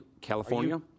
California